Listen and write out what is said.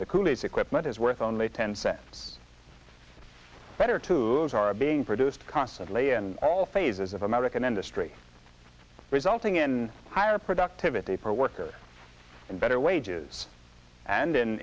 the coolies equipment is worth only ten cents better tools are being produced constantly and all phases of american industry resulting in higher productivity per worker and better wages and an